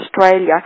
Australia